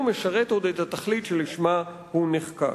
משרת עוד את התכלית שלשמה הוא נחקק.